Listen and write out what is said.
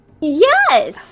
Yes